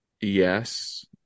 yes